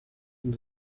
and